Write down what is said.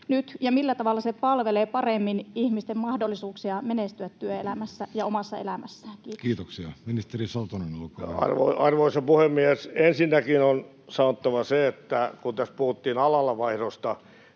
ja millä tavalla ne palvelevat paremmin ihmisten mahdollisuuksia menestyä työelämässä ja omassa elämässään? — Kiitoksia. Kiitoksia. — Ministeri Satonen, olkaa hyvä. Arvoisa puhemies! Ensinnäkin on sanottava se, että kun tässä puhuttiin alanvaihdosta,